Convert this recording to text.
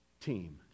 team